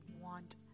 want